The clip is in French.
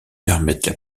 permettent